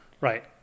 Right